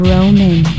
Roman